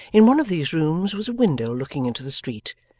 in one of these rooms, was a window looking into the street,